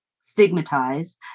stigmatized